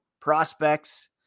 prospects